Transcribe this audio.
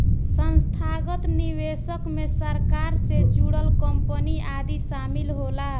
संस्थागत निवेशक मे सरकार से जुड़ल कंपनी आदि शामिल होला